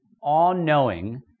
all-knowing